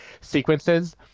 sequences